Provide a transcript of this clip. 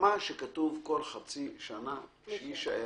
שכתוב כל חצי שנה יישאר,